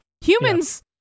Humans